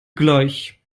gleich